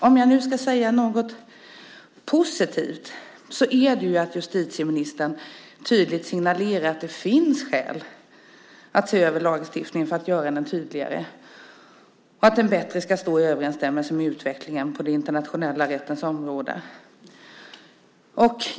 Om jag ska säga något positivt är det att justitieministern tydligt signalerar att det finns skäl att se över lagstiftningen för att göra den tydligare och för att den bättre ska stå i överensstämmelse med utvecklingen på den internationella rättens område.